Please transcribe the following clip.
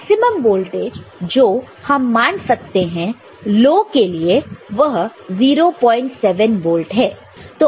maximum voltage जो हम मान सकते हैं लो के लिए वह 07 वोल्ट है